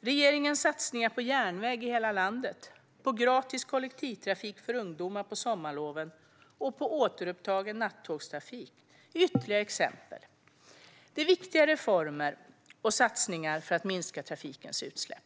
Regeringens satsningar på järnväg i hela landet, på gratis kollektivtrafik för ungdomar på sommarloven och på återupptagen nattågstrafik är ytterligare exempel. Detta är viktiga reformer och satsningar för att minska trafikens utsläpp.